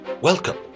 Welcome